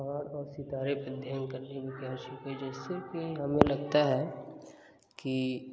चाँद और सितारे अध्ययन करने में जैसे कि हमें लगता है कि